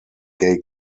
gay